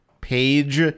page